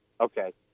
Okay